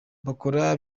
bakora